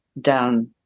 down